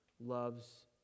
loves